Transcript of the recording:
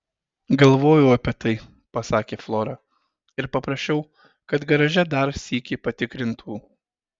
galvojau apie tai pasakė flora ir paprašiau kad garaže dar sykį patikrintų